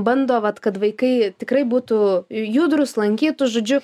bando vat kad vaikai tikrai būtų judrūs lankytų žodžiu